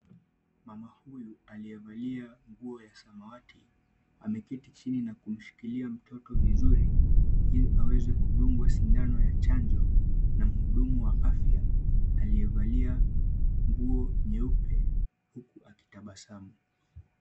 Mama huyu aliyevalia nguo ya samawati ameketi chini na kumshikilia mtoto vizuri, ili aweze kudungwa sindano ya chanjo, na mhudumu wa afya aliyevalia nguo nyeupe, huku akitabasamu.